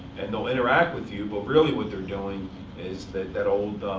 and they'll interact with you. but really, what they're doing is that that old